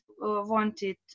wanted